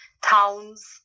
towns